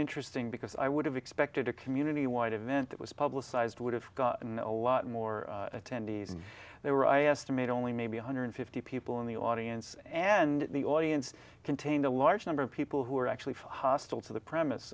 interesting because i would have expected a community wide event that was publicize it would have gotten a lot more attendees and there were i estimate only maybe one hundred fifty people in the audience and the audience contained a large number of people who are actually hostile to the premise